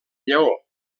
lleó